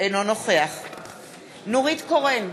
אינו נוכח נורית קורן,